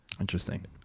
Interesting